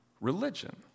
religion